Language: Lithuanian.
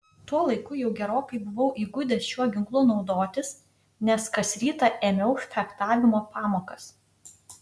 tuo laiku jau gerokai buvau įgudęs šiuo ginklu naudotis nes kas rytą ėmiau fechtavimo pamokas